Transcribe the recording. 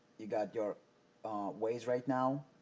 you got your waze right now.